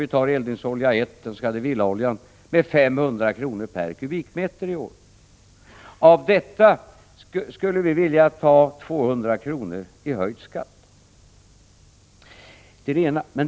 villaoljan, kommer att sjunka med 500 kr. per kubikmeter i Sverige i år. Av detta skulle vi vilja ta 200 kr. i höjd skatt. Det är det ena.